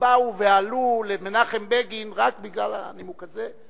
שבאו ועלו למנחם בגין רק בגלל הנימוק הזה.